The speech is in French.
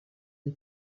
des